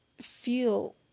feel